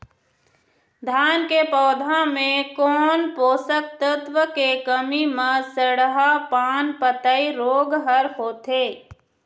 धान के पौधा मे कोन पोषक तत्व के कमी म सड़हा पान पतई रोग हर होथे?